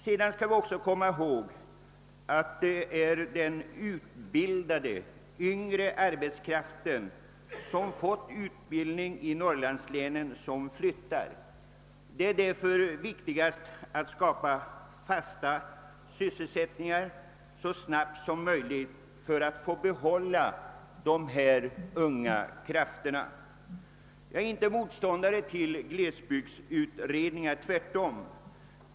Vi skall också komma ihåg att det är den utbildade unga arbetskraften som fått sin utbildning just i norrlandslänen som flyttar. Det är därför viktigt att skapa fast sysselsättning så snabbt som möjligt för dessa unga krafter, så att vi får behålla dem i Norrland. Jag är inte motståndare till glesbygdsutredningar, tvärtom!